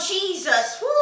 Jesus